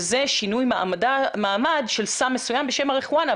וזה שינוי מעמד של סם מסוים בשם מריחואנה.